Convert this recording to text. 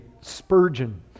Spurgeon